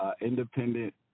independent